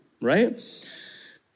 right